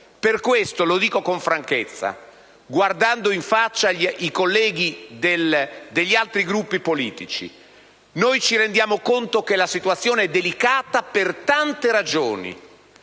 franchezza, guardando in faccia i colleghi degli altri Gruppi politici, ci rendiamo conto che la situazione è delicata per tante ragioni,